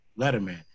Letterman